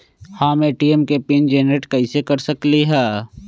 हम ए.टी.एम के pin generate कईसे कर सकली ह?